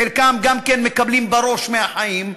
חלקם גם כן מקבלים בראש מהחיים,